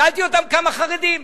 שאלתי אותם כמה חרדים.